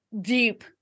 Deep